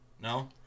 No